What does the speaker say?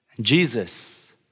Jesus